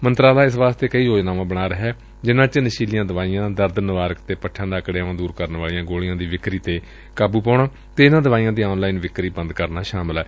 ਮੰਤਰਾਲਾ ਇਸ ਵਾਸਤੇ ਕਈ ਯੋਜਨਾਵਾਂ ਬਣਾ ਰਿਹੈ ਜਿਨਾਂ ਵਿਚ ਨਸ਼ੀਲੀਆਂ ਦਵਾਈਆਂ ਦਰਦ ਨਿਵਾਰਕ ਅਤੇ ਪੱਠਿਆ ਦਾ ਅਕੜੇਵਾ ਦੁਰ ਕਰਨ ਵਾਲੀਆ ਗੋਲੀਆ ਦੀ ਵਿਕਰੀ ਤੇ ਕਾਬੁ ਪਾਉਣਾ ਅਤੇ ਇਨਾਾ ਦਵਾਈਆਂ ਦੀ ਆਨ ਲਾਈਨ ਵਿਕਰੀ ਬੰਦ ਕਰਨਾ ਸ਼ਾਮਲ ਏ